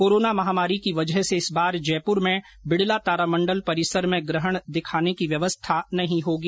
corona महामारी की वजह से इस बार जयपुर में बिड़ला तारामण्डल परिसर में ग्रहण दिखाने की व्यवस्था नहीं होगी